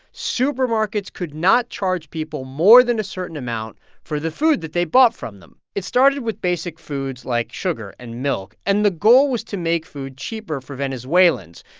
supermarkets could not charge people more than a certain amount for the food that they bought from them. it started with basic foods, like sugar and milk. and the goal was to make food cheaper for venezuelans.